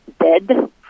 Dead